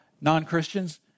non-Christians